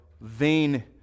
vain